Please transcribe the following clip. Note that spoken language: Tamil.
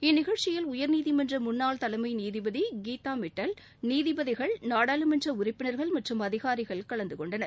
இந்நிகழ்ச்சியில் உயர்நீதிமன்ற முன்னாள் தலைமை நீதிபதி கீதா மிட்டல் நீதிபதிகள் நாடாளுமன்ற உறுப்பினர்கள் மற்றும் அதிகாரிகள் கலந்து கொண்டனர்